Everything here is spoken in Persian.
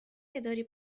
اداره